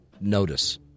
notice